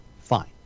fine